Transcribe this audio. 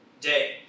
day